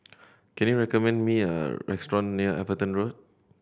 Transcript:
can you recommend me a restaurant near Everton Road